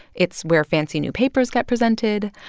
it's where fancy new papers get presented.